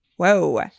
whoa